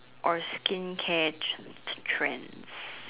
or skincare trends